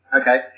Okay